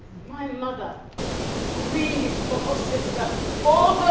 my mother grieved for her sister all